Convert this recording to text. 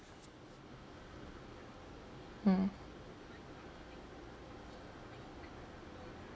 hmm